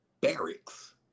barracks